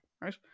right